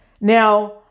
Now